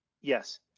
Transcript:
yes